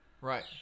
Right